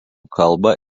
kalba